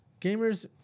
gamers